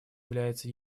является